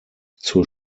zur